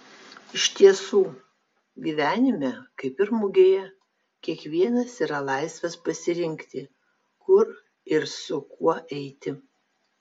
iš tiesų gyvenime kaip ir mugėje kiekvienas yra laisvas pasirinkti kur ir su kuo eiti